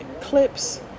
clips